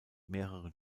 mehreren